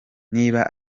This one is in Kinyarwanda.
niba